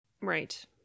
Right